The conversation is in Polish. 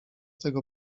tego